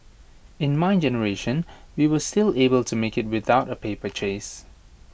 in my generation we were still able to make IT without A paper chase